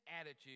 attitude